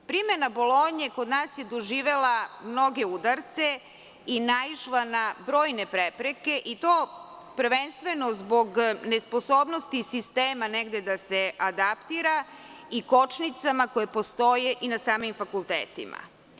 Primena Bolonje kod nas je doživela mnoge udarce i naišla na brojne prepreke i to prvenstveno zbog nesposobnosti sistema negde da se adaptira i kočnicama koje postoje i na samim fakultetima.